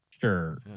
Sure